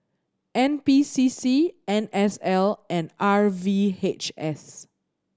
N P C C N S L and R V H S